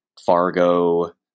Fargo